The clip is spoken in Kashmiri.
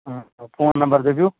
فون نمبر دٔپِو